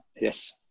yes